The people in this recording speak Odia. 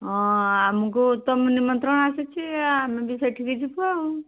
ହଁ ଆମକୁ ତ ନିମନ୍ତ୍ରଣ ଆସିଛି ଆମେ ବି ସେଠିକି ଯିବୁ ଆଉ